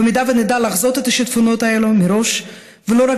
במידה ונדע לחזות את השיטפונות האלה מראש ולא רק